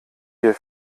wir